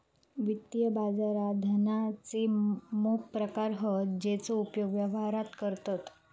वित्तीय बाजारात धनाचे मोप प्रकार हत जेचो उपयोग व्यवहारात करतत